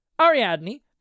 Ariadne